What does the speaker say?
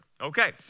Okay